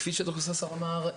כפי שד"ר ססר אמר,